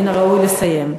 מן הראוי לסיים.